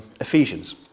Ephesians